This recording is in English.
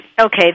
okay